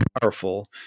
powerful